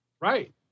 Right